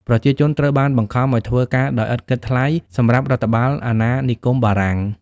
ប្រជាជនត្រូវបានបង្ខំឱ្យធ្វើការដោយឥតគិតថ្លៃសម្រាប់រដ្ឋបាលអាណានិគមបារាំង។